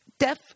deaf